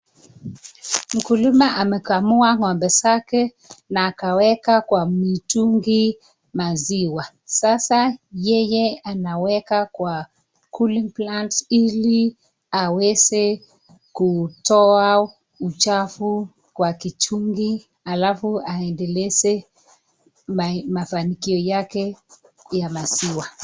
Mkulima amekamua ng'ombe zake na akaweka kwa mitungi maziwa. Sasa yeye anaweka kwa cooling plant ili aweze kutoa uchafu kwa kichungi halafu aendeleze mafanikio yake ya maziwa.